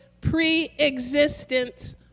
pre-existence